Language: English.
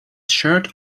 shirt